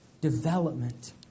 development